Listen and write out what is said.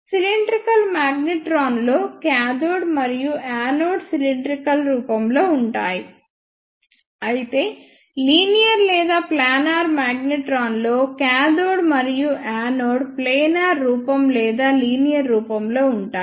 cylindrical మాగ్నెట్రాన్లో cathode మరియు anode cylindrical రూపంలో ఉంటాయి అయితే లీనియర్ లేదా ప్లానర్ మాగ్నెట్రాన్లో కాథోడ్ మరియు యానోడ్ ప్లానార్ రూపం లేదా లీనియర్ రూపంలో ఉంటాయి